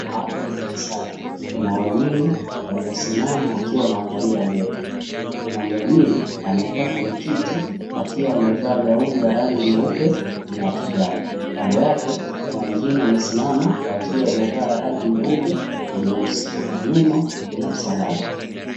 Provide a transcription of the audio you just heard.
Hapa ni kanisani kuna waumini waliosimama wakiwa wanaangalia mbele. Kuna mhubiri amekaa kwenye kitii akiwa amevaa gauni ya rangi nyeupe na kijani. Kando yake kuna wengine wamesimama wakiwa wamevaa rangi nyeupe na nyeusi. Nyuma kuna msalaba.